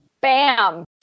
Bam